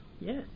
Yes